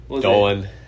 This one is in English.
Dolan